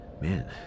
man